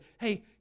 hey